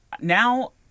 now